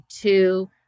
two